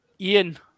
Ian